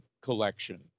collection